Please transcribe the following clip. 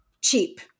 cheap